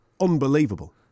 unbelievable